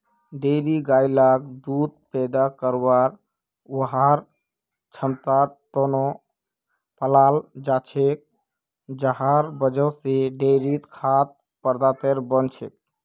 dairy गाय लाक दूध पैदा करवार वहार क्षमतार त न पालाल जा छेक जहार वजह से डेयरी खाद्य पदार्थ बन छेक